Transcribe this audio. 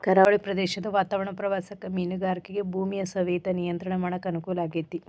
ಕರಾವಳಿ ಪ್ರದೇಶದ ವಾತಾವರಣ ಪ್ರವಾಸಕ್ಕ ಮೇನುಗಾರಿಕೆಗ ಭೂಮಿಯ ಸವೆತ ನಿಯಂತ್ರಣ ಮಾಡಕ್ ಅನುಕೂಲ ಆಗೇತಿ